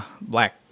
black